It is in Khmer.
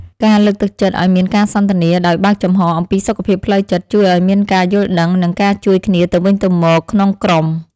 ការលើកទឹកចិត្តឱ្យមានការសន្ទនាដោយបើកចំហរអំពីសុខភាពផ្លូវចិត្ត ជួយឱ្យមានការយល់ដឹងនិងការជួយគ្នាទៅវិញទៅមកក្នុងក្រុម។